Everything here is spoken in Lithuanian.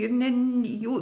ir nen jų